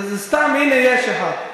זה סתם: הנה, יש אחד.